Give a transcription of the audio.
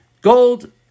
Gold